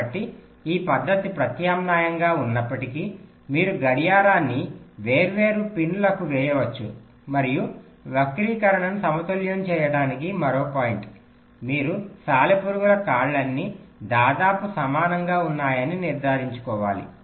కాబట్టి ఈ పద్ధతి ప్రత్యామ్నాయంగా ఉన్నప్పటికీ మీరు గడియారాన్ని వేర్వేరు పిన్లకు వేయవచ్చు మరియు వక్రీకరణను సమతుల్యం చేయడానికి మరో పాయింట్ మీరు సాలెపురుగుల కాళ్లన్నీ దాదాపు సమననంగా ఉన్నాయని నిర్ధారించుకోవాలి